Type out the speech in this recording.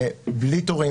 בלי תורים.